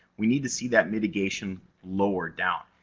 we need to see that mitigation lower down.